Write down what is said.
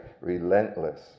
relentless